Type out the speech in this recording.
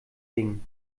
ding